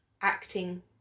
acting